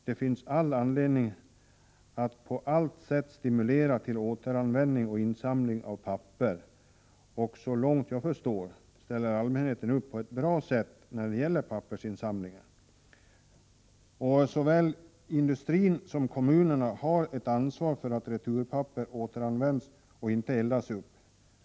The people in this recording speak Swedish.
Det finns anledning att på allt sätt stimulera till återanvändning och insamling av papper, och, så långt jag förstår, ställer allmänheten upp på ett bra sätt vid pappersinsamlingar. Såväl industrin som kommunerna har ett ansvar för att returpapper återanvänds och inte eldas upp.